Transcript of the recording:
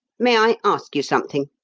may i ask you something?